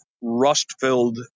rust-filled